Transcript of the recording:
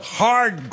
hard